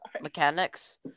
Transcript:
mechanics